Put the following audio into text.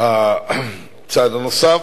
הצעד הנוסף,